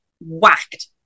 whacked